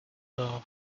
the